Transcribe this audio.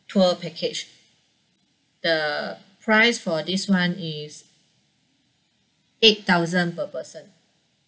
tour package the price for this one is eight thousand per person